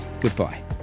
goodbye